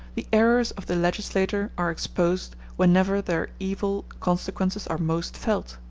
the errors of the legislator are exposed whenever their evil consequences are most felt,